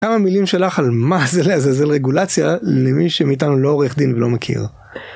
כמה מילים שלך על מה זה לעזעזל רגולציה. למי שמאתנו לא עורך דין ולא מכיר.